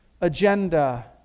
agenda